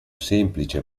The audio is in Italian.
semplice